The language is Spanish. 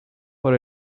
por